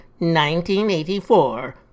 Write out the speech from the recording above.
1984